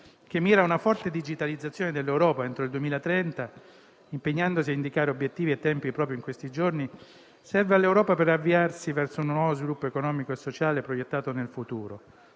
che mira a una forte digitalizzazione dell'Europa entro il 2030, impegnandosi a indicare obiettivi e tempi proprio in questi giorni, serve all'Europa per avviarsi verso un nuovo sviluppo economico e sociale proiettato nel futuro.